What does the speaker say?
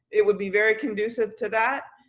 it would be very conducive to that,